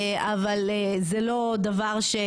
אבל זה לא דבר ש